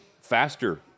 faster